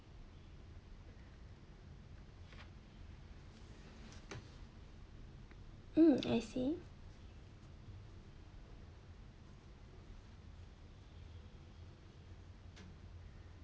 mm I see